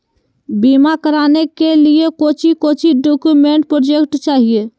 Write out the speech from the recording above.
बीमा कराने के लिए कोच्चि कोच्चि डॉक्यूमेंट प्रोजेक्ट चाहिए?